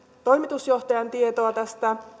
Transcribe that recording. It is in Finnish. tiuraniemen tietoa tästä